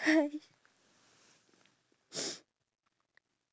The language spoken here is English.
about three more minutes left right